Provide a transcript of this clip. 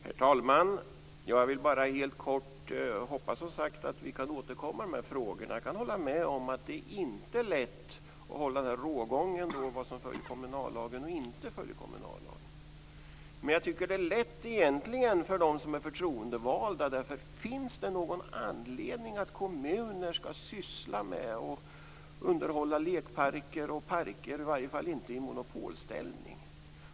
Herr talman! Jag vill bara helt kort säga att jag hoppas att vi kan återkomma i de här frågorna. Jag kan hålla med om att det inte är lätt att hålla rågången mellan vad som följer kommunallagen och vad som inte gör det. Men jag tycker att det egentligen är lätt för dem som är förtroendevalda. Finns det någon anledning att kommuner skall syssla med att underhålla lekparker och parker? I varje fall inte i monopolställning.